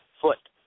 Foot